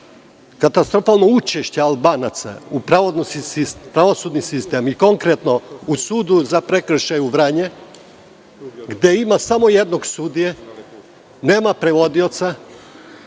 katastrofalno učešće Albanaca u pravosudni sistem i konkretno u sudu za prekršaje u Vranju, gde ima samo jednog sudije, nema prevodica,